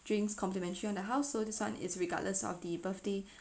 drinks complimentary on the house so this one is regardless of the birthday